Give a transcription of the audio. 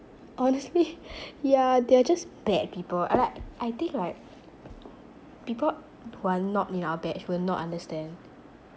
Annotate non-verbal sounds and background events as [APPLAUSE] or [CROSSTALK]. honestly [BREATH] yeah they're just bad people ah but I think like people who are not in our batch will not understand